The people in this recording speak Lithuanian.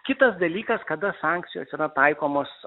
kitas dalykas kada sankcijos yra taikomos